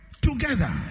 together